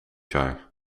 jaar